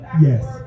yes